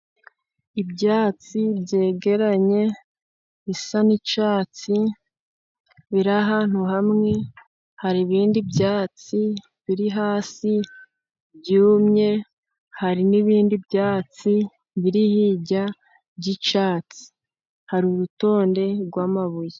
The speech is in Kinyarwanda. Ibyatsi byegeranye bisa n'icyatsi biri ahantu hamwe, hari ibindi byatsi biri hasi byumye hari n'ibindi byatsi biri hirya by'icyatsi hari urutonde rw'amabuye.